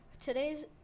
Today's